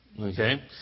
Okay